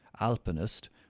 alpinist